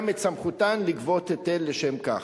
גם את סמכותן לגבות היטל לשם כך.